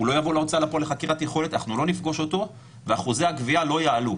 כי להערכתכם העלות הממוצעת של הליך ---.